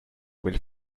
will